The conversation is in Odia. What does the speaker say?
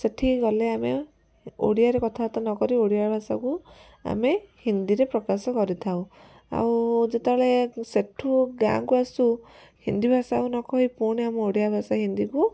ସେଠିକି ଗଲେ ଆମେ ଓଡ଼ିଆରେ କଥାବାର୍ତ୍ତା ନକରି ଓଡ଼ିଆ ଭାଷାକୁ ଆମେ ହିନ୍ଦୀରେ ପ୍ରକାଶ କରିଥାଉ ଆଉ ଯେତେବେଳେ ସେଠୁ ଗାଁକୁ ଆସୁ ହିନ୍ଦୀ ଭାଷା ଆଉ ନ କହି ପୁଣି ଆମ ଓଡ଼ିଆ ଭାଷା ହିନ୍ଦୀକୁ